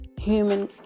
Human